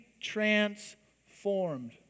transformed